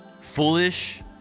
foolish